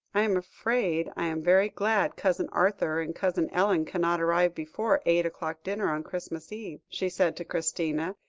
i am afraid i am very glad cousin arthur and cousin ellen cannot arrive before eight o'clock dinner on christmas eve, she said to christina,